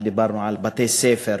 כשדיברנו על בתי-ספר,